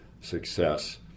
success